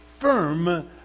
firm